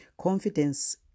Confidence